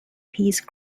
piece